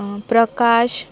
Prakash